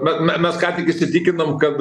bet me mes ką tik įsitikinom kad